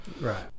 Right